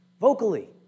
vocally